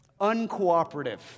uncooperative